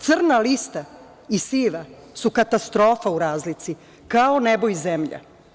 Crna lista i siva su katastrofa u razlici, kao nebo i zemlja.